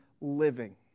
living